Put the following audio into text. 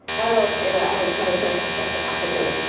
i don't know what's in it. i haven't had a chance to check the packaging.